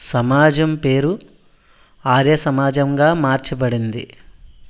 సమాజం పేరు ఆర్య సమాజంగా మార్చబడింది